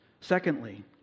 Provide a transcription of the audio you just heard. Secondly